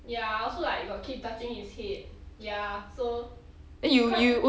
ya I also like got keep touching his head ya so quite